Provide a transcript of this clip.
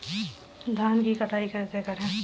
धान की कटाई कैसे करें?